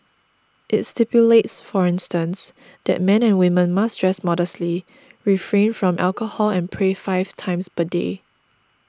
it stipulates for instance that men and women must dress modestly refrain from alcohol and pray five times per day